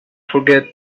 forget